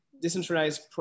decentralized